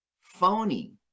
phony